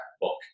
book